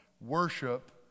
Worship